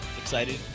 excited